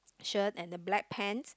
shirt and a black pants